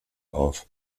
auf